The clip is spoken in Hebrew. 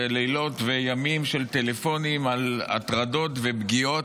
לילות וימים של טלפונים על הטרדות ופגיעות.